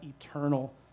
eternal